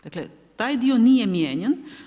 Dakle taj dio nije mijenjan.